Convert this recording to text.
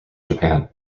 japan